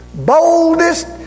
boldest